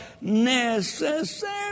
necessary